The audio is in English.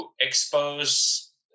expose